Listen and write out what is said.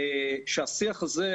שהשיח הזה,